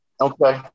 Okay